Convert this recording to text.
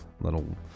little